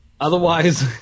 otherwise